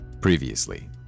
Previously